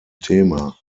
thema